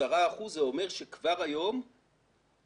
10 אחוזים, זה אומר שכבר היום בצוהריים